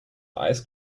ice